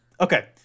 Okay